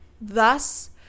Thus